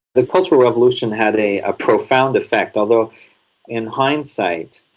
the cultural revolution had a ah profound effect, although in hindsight,